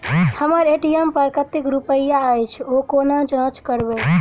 हम्मर ए.टी.एम पर कतेक रुपया अछि, ओ कोना जाँच करबै?